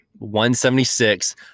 176